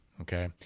Okay